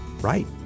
Right